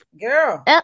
girl